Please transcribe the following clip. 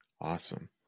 Awesome